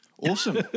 Awesome